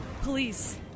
Police